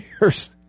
years